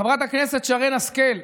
חברת הכנסת שרן השכל,